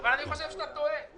אבל אני חושב שאתה טועה.